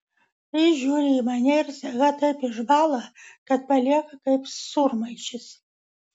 jis žiūri į mane ir staiga taip išbąla kad palieka kaip sūrmaišis